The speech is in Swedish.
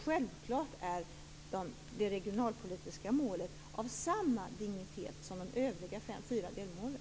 Självklart är det regionalpolitiska målet av samma dignitet som de övriga fyra delmålen.